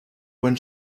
when